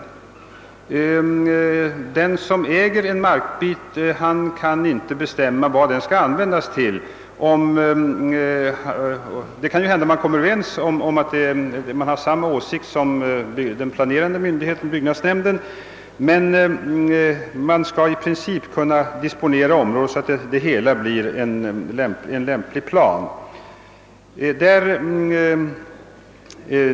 Den som äger en markbit kan inte själv bestämma hur den lämpligen bör användas. Det kan hända att markägaren har samma åsikt som den planerande myndigheten, d. v. s. i första hand byggnadsnämnden, men kommunen skall i princip kunna disponera området så att det blir en lämplig plan.